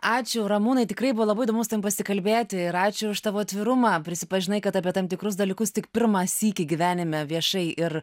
ačiū ramūnai tikrai buvo labai įdomu su tavim pasikalbėti ir ačiū už tavo atvirumą prisipažinai kad apie tam tikrus dalykus tik pirmą sykį gyvenime viešai ir